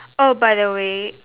oh by the way